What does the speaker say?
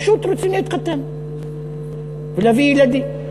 פשוט רוצים להתחתן ולהביא ילדים.